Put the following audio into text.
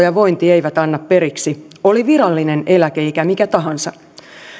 ja vointi eivät anna periksi oli virallinen eläkeikä mikä tahansa